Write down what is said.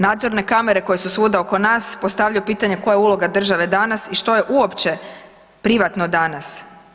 Nadzorne kamere koje su svuda oko nas postavljaju pitanje koja je uloga države danas i što je uopće privatno danas?